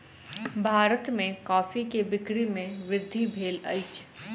भारत में कॉफ़ी के बिक्री में वृद्धि भेल अछि